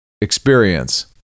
experience